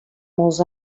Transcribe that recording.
molts